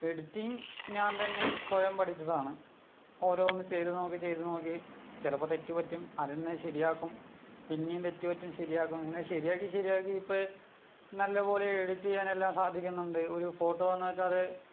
editing ഞാൻ തന്നെ സ്വയം പഠിച്ചതാണ് ഓരോന്ന് ചെയ്തു നോക്കി ചെയ്തു നോക്കി ചിലപ്പോൾ തെറ്റു പറ്റും അതിന്നു ശരിയാക്കും പിന്നേയും തെറ്റുപറ്റും ശരിയാക്കും അങ്ങനെ ശരിയാക്കി ശരിയാക്കി ഇപ്പോൾ നല്ലപോലെ എഡിറ്റ് ചെയ്യാനെല്ലാം സാധിക്കുന്നുണ്ട് ഒരു ഫോട്ടോ തന്നു വെച്ചാൽ അത്